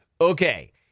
Okay